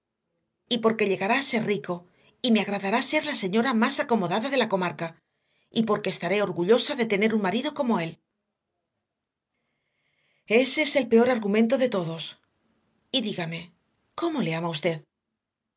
ver y porque llegará a ser rico y me agradará ser la señora más acomodada de la comarca y porque estaré orgullosa de tener un marido como él ese es el peor argumento de todos y dígame cómo le ama usted